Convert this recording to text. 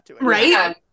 right